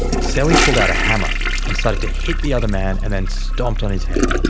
celly pulled out a hammer and started to hit the other man, and then stomped on his head.